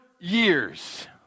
years